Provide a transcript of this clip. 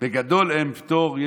בגדול, אין פטור.